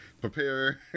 prepare